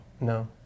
No